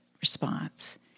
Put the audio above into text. response